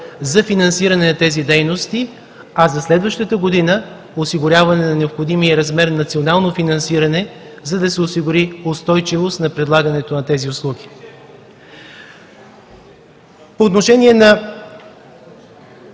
за финансиране на тези дейности, а за следващата година – осигуряване на необходимия размер национално финансиране, за да се осигури устойчивост на предлагането на тези услуги. По отношение на